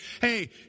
Hey